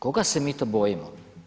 Koga se mi to bojimo?